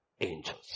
angels